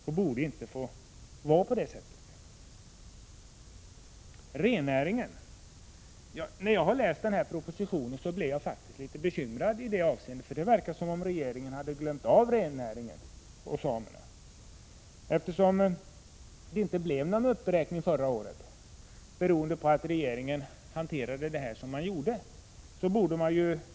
Det borde inte få vara så att importen av dylika produkter var tillåten! Jag vill också säga några ord om rennäringen. När jag läste budgetpropositionen blev jag litet bekymrad. Det verkade som om regeringen har glömt rennäringen och samerna. Eftersom det inte blev någon uppräkning förra året — beroende på regeringens hantering av denna fråga — borde det bli en sådan nu.